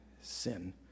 sin